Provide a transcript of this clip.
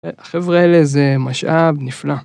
החבר'ה האלה זה משאב נפלא.